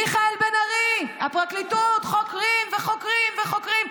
מיכאל בן ארי, הפרקליטות חוקרים וחוקרים וחוקרים.